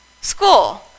School